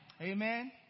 Amen